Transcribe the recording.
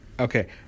Okay